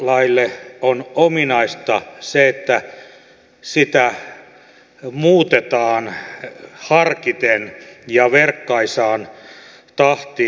perustuslaille on ominaista se että sitä muutetaan harkiten ja verkkaisaan tahtiin